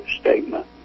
statement